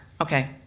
Okay